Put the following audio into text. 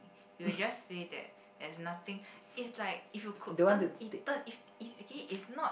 you will just say that there's nothing it's like if you could turn it turn it's it's okay it's not